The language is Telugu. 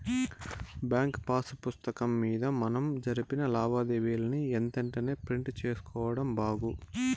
బ్యాంకు పాసు పుస్తకం మింద మనం జరిపిన లావాదేవీలని ఎంతెంటనే ప్రింట్ సేసుకోడం బాగు